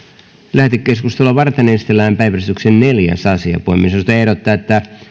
lähetekeskustelua varten esitellään päiväjärjestyksen neljäs asia puhemiesneuvosto ehdottaa että